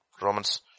Romans